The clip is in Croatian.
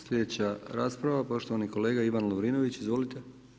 Slijedeća rasprava, poštovani kolega Ivan Lovrinović, izvolite.